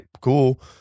cool